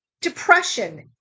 depression